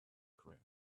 career